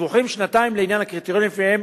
דיווחים שנתיים לעניין הקריטריונים שלפיהם